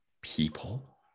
people